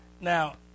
Now